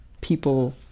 people